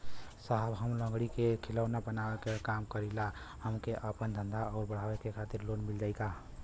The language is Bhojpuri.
साहब हम लंगड़ी क खिलौना बनावे क काम करी ला हमके आपन धंधा अउर बढ़ावे के खातिर लोन मिल जाई का?